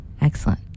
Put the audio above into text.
Excellent